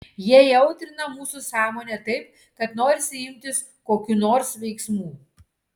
jie įaudrina mūsų sąmonę taip kad norisi imtis kokių nors veiksmų